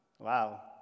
wow